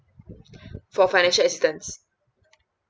for financial assistance